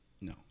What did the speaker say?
No